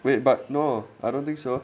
wait but no I don't think so